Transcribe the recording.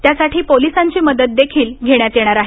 त्यासाठी पोलिसांची मदत देखील घेण्यात येणार आहे